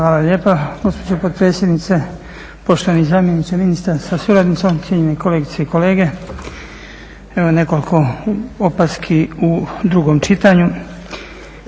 Hvala lijepa gospođo potpredsjednice. Poštovani zamjeniče ministra sa suradnicom, cijenjene kolegice i kolege. Evo, nekoliko opaski u drugom čitanju.